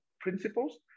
principles